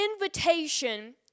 invitation